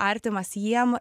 artimas jiem